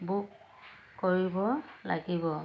book কৰিব লাগিব